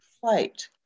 flight